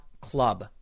club